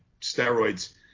steroids